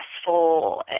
stressful